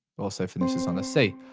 also finishes on a c.